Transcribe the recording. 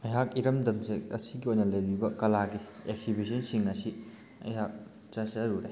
ꯑꯩꯍꯥꯛ ꯏꯔꯝꯗꯝ ꯑꯁꯤꯒꯤ ꯑꯣꯏꯅ ꯂꯩꯔꯤꯕ ꯀꯂꯥꯒꯤ ꯑꯦꯛꯖꯤꯕꯤꯁꯟꯁꯤꯡ ꯑꯁꯤ ꯑꯩꯍꯥꯛ ꯆꯠꯆꯔꯨꯔꯦ